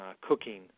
cooking